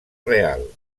real